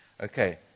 Okay